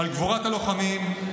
על גבורת הלוחמים,